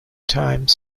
time